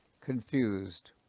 confused